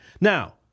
Now